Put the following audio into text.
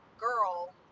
Girl